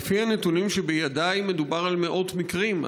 לפי הנתונים שבידיי מדובר על מאות מקרים,